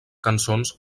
cançons